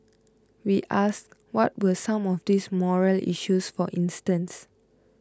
we asked what were some of these morale issues for instance